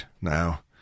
now